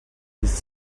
his